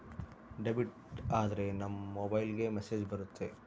debit ಆದ್ರೆ ನಮ್ ಮೊಬೈಲ್ಗೆ ಮೆಸ್ಸೇಜ್ ಬರುತ್ತೆ